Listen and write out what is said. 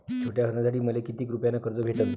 छोट्या धंद्यासाठी मले कितीक रुपयानं कर्ज भेटन?